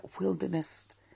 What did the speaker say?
wilderness